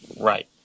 Right